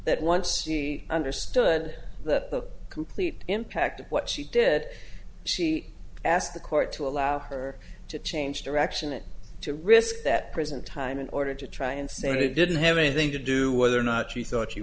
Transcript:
that once she understood the complete impact of what she did she ask the court to allow her to change direction it to risk that prison time in order to try and say we didn't have anything to do whether or not she thought she